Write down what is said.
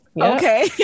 Okay